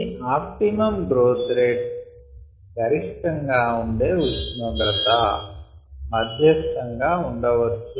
T optimum growth rate గరిష్టం గా ఉండే ఉష్ణోగ్రత మధ్యస్తం గా ఉండవచ్చు